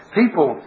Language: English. people